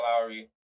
Lowry